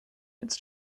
its